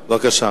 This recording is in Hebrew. בבקשה.